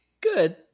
good